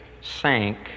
sank